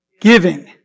giving